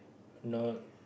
no